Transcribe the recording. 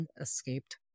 escaped